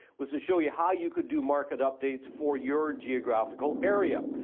was to show you how you could do market updates, for your geographical area.